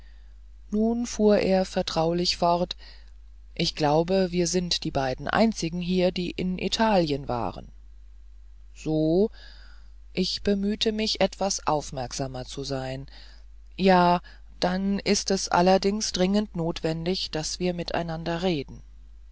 nun fuhr er vertraulich fort ich glaube wir sind die beiden einzigen hier die in italien waren so ich bemühte mich etwas aufmerksamer zu sein ja dann ist es allerdings dringend notwendig daß wir mit einander reden